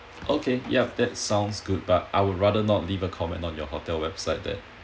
okay ya that sounds good but I would rather not leave a comment on your hotel website that